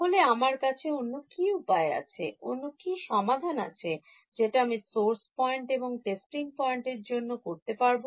তাহলে আমার কাছে অন্য কি উপায় আছে অন্য কি সমাধান আছে যেটা আমি সোরস পয়েন্ট এবং টেস্টিং পয়েন্টের জন্য করতে পারব